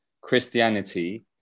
Christianity